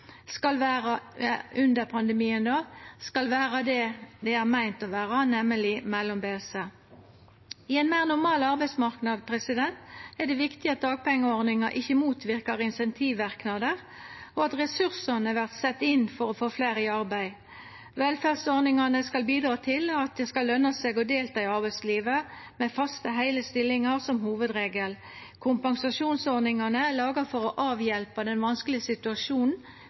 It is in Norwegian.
under pandemien, skal vera det dei er meint å være, nemleg mellombelse. I ein meir normal arbeidsmarknad er det viktig at dagpengeordninga ikkje motverkar insentivverknader, og at ressursane vert sette inn for å få fleire i arbeid. Velferdsordningane skal bidra til at det skal løna seg å delta i arbeidslivet, med faste, heile stillingar som hovudregel. Kompensasjonsordningane er laga for å avhjelpa den vanskelege situasjonen